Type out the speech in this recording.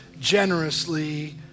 generously